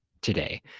today